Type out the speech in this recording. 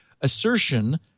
assertion